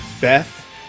Beth